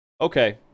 Okay